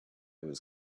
was